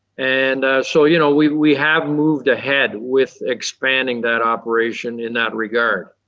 and so you know we we have moved ahead with expanding that operation in that regard.